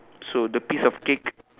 so the piece of cake